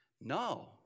no